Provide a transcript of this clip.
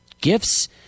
gifts